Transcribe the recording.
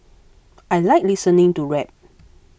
I like listening to rap